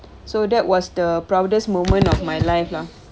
so that was the proudest moment of my life lah